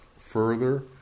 further